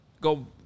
go